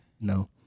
No